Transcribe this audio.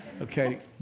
Okay